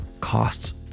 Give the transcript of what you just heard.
costs